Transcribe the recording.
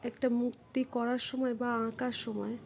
একটা মূর্তি গড়ার সময় বা আঁকার সময়